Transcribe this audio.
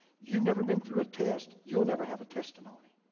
you've never been through a test, you'll never have a testimony.